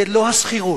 זה לא השכירות,